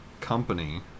company